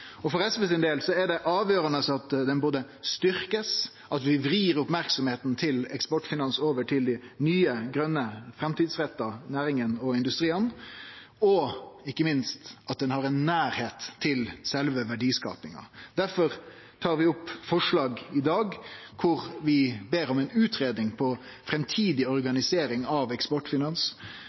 og mykje større rolle. For SV sin del er det avgjerande at dei både blir styrkte, at vi vrir merksemda til Eksportfinansiering Norge over til dei nye, grøne, framtidsretta næringane og industriane og ikkje minst at ein har nærleik til sjølve verdiskapinga. Difor tar vi opp eit forslag i dag der vi ber om ei utgreiing av ei framtidig organisering av